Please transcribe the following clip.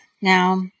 Now